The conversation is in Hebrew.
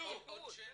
בדיוק.